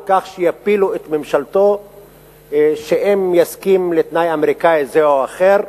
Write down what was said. על כך שיפילו את ממשלתו אם יסכים לתנאי אמריקני כזה או אחר.